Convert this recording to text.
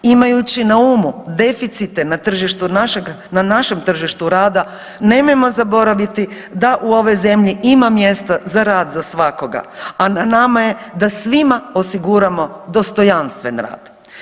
Imajući na umu deficite na tržištu našeg, na našem tržištu rada nemojmo zaboraviti da u ovoj zemlji ima mjesta za rad za svakoga, a na nama je da svima osiguramo dostojanstven rad.